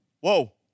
whoa